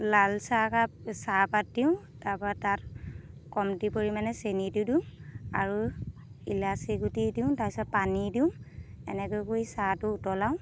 লাল চাহকাপ চাহপাত দিওঁ তাৰ পৰা তাত কমটি পৰিমাণে চেনিতো দিওঁ আৰু ইলাচী গুটি দিওঁ তাৰ পিছত পানী দিওঁ এনেকৈ কৰি চাহটো উতলাওঁ